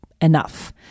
enough